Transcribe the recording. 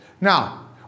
Now